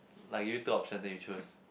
like you took option then you choose